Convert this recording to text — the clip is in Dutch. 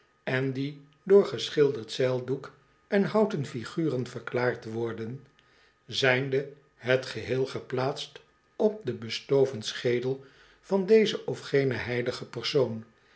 en die door geschilderd zeildoek en houten figuren verklaard worden zijnde het geheel geplaatst op den bestoven schedel van dezen of genen heiligen persoon